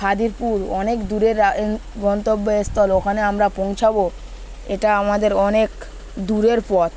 খিদিরপুর অনেক দূরের গন্তব্যস্থল ওখানে আমরা পৌঁছাবো এটা আমাদের অনেক দূরের পথ